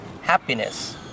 happiness